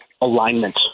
alignment